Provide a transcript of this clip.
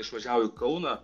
išvažiavo į kauną